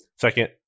second